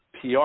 PR